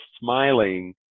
smiling